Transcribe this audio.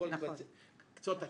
מכל קצוות הקשת.